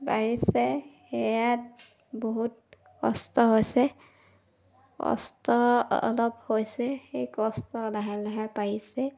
পাৰিছে সেয়াত বহুত কষ্ট হৈছে কষ্ট অলপ হৈছে সেই কষ্ট লাহে লাহে পাৰিছে